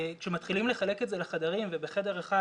כשמתחילים לחלק את זה לחדרים ובחדר אחד